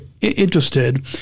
interested